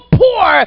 poor